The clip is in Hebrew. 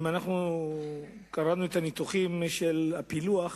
אם אנחנו קראנו את הניתוחים של הפילוח,